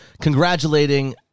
congratulating